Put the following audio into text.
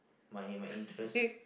my my interest